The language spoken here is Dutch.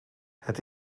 het